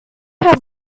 have